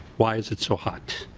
why is it so hot?